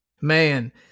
Man